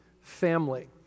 family